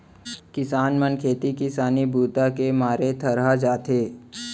किसान मन खेती किसानी बूता के मारे थरहा जाथे